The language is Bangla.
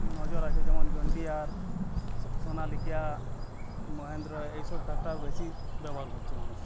নজর আছে যেমন জন ডিয়ার সোনালিকা মহেন্দ্র এই সব ট্রাক্টর বেশি ব্যবহার করছে মানুষ